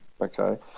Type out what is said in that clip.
okay